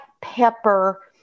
pepper